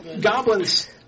goblins